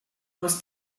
aus